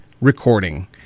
recording